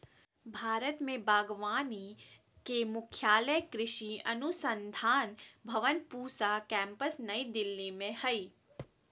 भारत में बागवानी विभाग के मुख्यालय कृषि अनुसंधान भवन पूसा केम्पस नई दिल्ली में हइ